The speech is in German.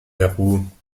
peru